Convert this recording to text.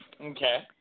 Okay